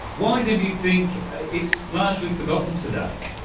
why then do you think it's largely forgotten today?